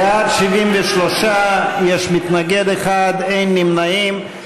בעד, 73, יש מתנגד אחד, אין נמנעים.